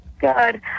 Good